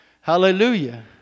hallelujah